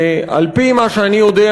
ועל-פי מה שאני יודע,